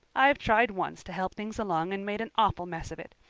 i've tried once to help things along and made an awful mess of it.